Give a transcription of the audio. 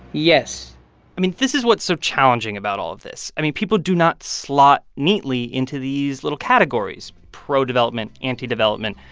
yes i mean, this is what's so challenging about all of this. i mean, people do not slot neatly into these little categories pro-development, anti-development,